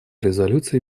резолюции